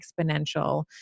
exponential